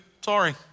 Sorry